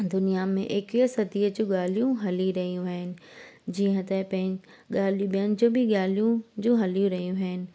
दुनिया में एकवीह सदीअ जूं ॻाल्हियूं हली रहियूं आहिनि जीअं त पै ॻाल्हियूं ॿियनि जूं बि ॻाल्हियूं जो हली रहियूं आहिनि